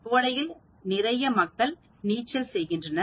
கோடையில் நிறைய மக்கள் நீச்சல் செய்கின்றனர்